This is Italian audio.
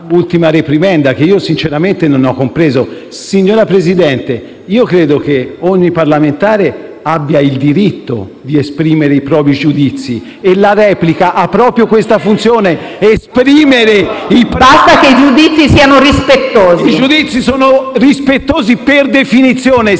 ultima reprimenda che sinceramente non ho compreso. Signor Presidente, credo che ogni parlamentare abbia il diritto di esprimere i propri giudizi e la replica ha proprio questa funzione: esprimere... PRESIDENTE. Basta che i giudizi siano rispettosi. MARCUCCI *(PD)*. I giudizi sono rispettosi per definizione. Se